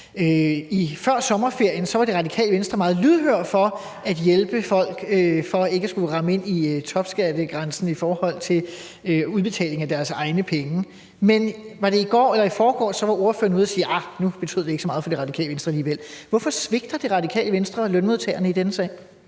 Før sommerferien var Radikale Venstre meget lydhør for at hjælpe folk for ikke at skulle ramme ind i topskattegrænsen i forhold til udbetaling af deres egne penge, men i går eller i forgårs var ordføreren ude at sige, at nu betød det alligevel ikke så meget for Radikale Venstre. Hvorfor svigter Radikale Venstre lønmodtagerne i denne sag?